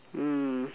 mm